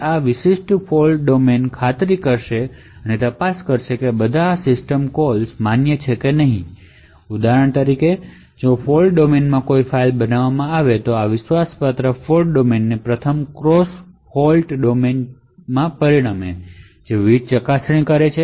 આ fault domain ખાતરી કરશે અને તપાસ કરશે કે બધા સિસ્ટમ કોલ્સમાન્ય છે કે નહીં ઉદાહરણ તરીકે જો ફોલ્ટ ડોમેન 1 કોઈ ફાઇલ બનાવવા માંગે છે તો તે પ્રથમ ક્રોસ ફોલ્ટ ડોમેનમાં પરિણમે છે જે વિવિધ ચકાસણી કરે છે